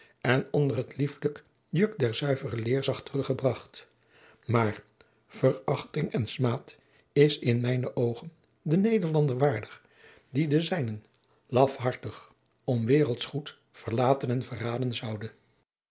en onder het lieflijk juk der zuivere leer zag teruggebracht maar verachting en smaad is in mijne oogen de nederlander waardig die de zijnen lafhartig om waereldsch goed verlaten en verraden zoude